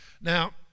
Now